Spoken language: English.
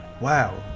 Wow